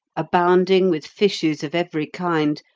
abounding with fishes of every kind,